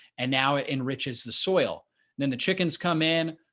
and now it enriches the soil. then the chickens come in,